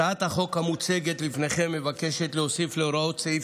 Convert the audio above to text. הצעת החוק המוצגת לפניכם מבקשת להוסיף להוראות סעיף